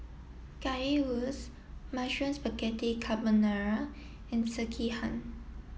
Currywurst Mushroom Spaghetti Carbonara and Sekihan